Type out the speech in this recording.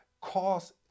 Cost